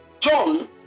John